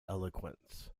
eloquence